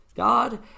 God